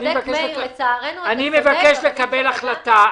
אני מבקש לקבל החלטה.